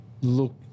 look